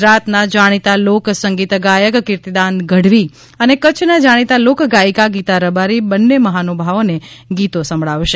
ગુજરાતના જાણીતા લોક સંગીત ગાયક કીર્તિદાન ગઢવી અને કચ્છનાં જાણીતા લોકગાયિકા ગીતા રબારી બંને મહાનુભાવોને ગીતો સંભળાવશે